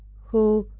who,